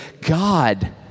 God